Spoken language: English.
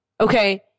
Okay